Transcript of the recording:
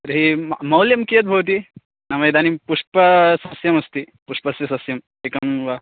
तर्हि म मौल्यं कियद् भवति नाम इदानीं पुष्पसस्यम् अस्ति पुष्पस्य सस्यम् एकं वा